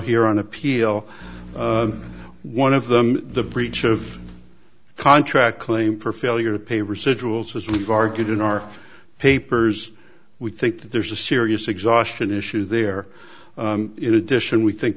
here on appeal one of them the breach of contract claim for failure to pay residuals as we've argued in our papers we think that there's a serious exhaustion issue there in addition we think